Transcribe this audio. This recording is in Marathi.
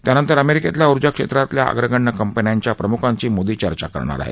त्यानंतर अमेरिकेतल्या उर्जा क्षेत्रातल्या अग्रगण्य कंपन्यांच्या प्रमुखांशी मोदी चर्चा करणार आहेत